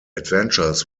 adventures